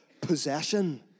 possession